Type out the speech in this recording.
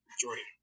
Jordan